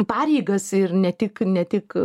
pareigas ir ne tik ne tik